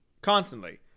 Constantly